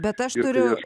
bet aš turiu